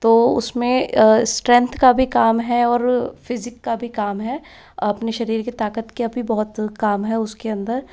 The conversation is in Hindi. तो उसमें स्ट्रेनथ का भी काम है और फ़िज़िक का भी काम है अपने शरीर की ताकत का भी बहुत काम है उसके अंदर